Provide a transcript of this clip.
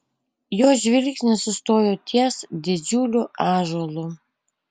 jo žvilgsnis sustojo ties didžiuliu ąžuolu